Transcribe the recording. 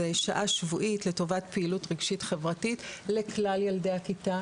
זו שעה שבועית לטובת פעילות רגשית חברתית לכלל ילדה הכיתה,